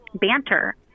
banter